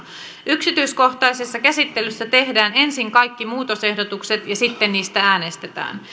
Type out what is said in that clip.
yksityiskohtaisessa käsittelyssä tehdään ensin kaikki muutosehdotukset ja sitten niistä äänestetään